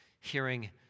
hearing